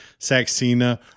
Saxena